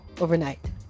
overnight